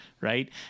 right